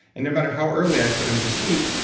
and no matter how early i put him to sleep,